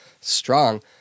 strong